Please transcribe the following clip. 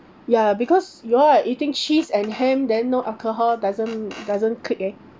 ya because you all are eating cheese and ham then no alcohol doesn't doesn't click leh